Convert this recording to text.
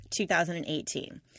2018